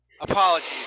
apologies